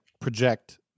project